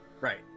Right